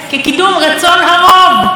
כקידום רצון הרוב.